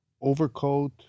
overcoat